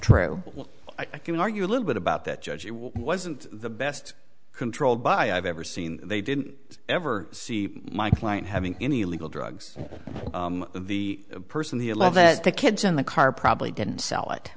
true i can argue a little bit about that judge it wasn't the best controlled by i've ever seen they didn't ever see my client having any illegal drugs the person the love that the kids in the car probably didn't sell it